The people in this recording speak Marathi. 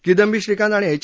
किदम्बी श्रीकांत आणि एच